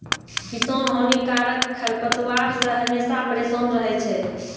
किसान हानिकारक खरपतवार से हमेशा परेसान रहै छै